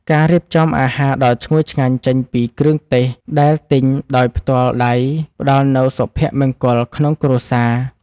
ការរៀបចំអាហារដ៏ឈ្ងុយឆ្ងាញ់ចេញពីគ្រឿងទេសដែលទិញដោយផ្ទាល់ដៃផ្ដល់នូវសុភមង្គលក្នុងគ្រួសារ។